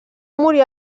morir